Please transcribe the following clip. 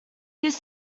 his